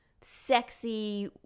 sexy